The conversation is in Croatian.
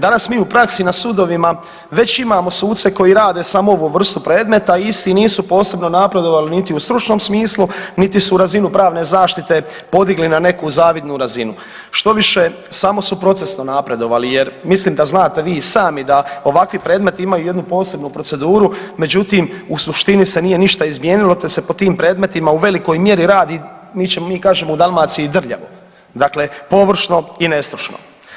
Danas mi u praksi na sudovima već imamo suce koji rade samo ovu vrstu predmeta i isti nisu posebno napredovali niti u stručnom smislu, niti su razinu pravne zaštite podigli na neku zavidnu razinu štoviše samo su procesno napredovali jer mislim da znate i vi sami da ovakvi predmeti imaju jednu posebnu proceduru, međutim u suštini se nije ništa izmijenilo te se po tim predmetima u velikoj mjeri radi mi kažemo u Dalmaciji drljavo, dakle površno i nestručno.